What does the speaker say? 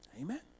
Amen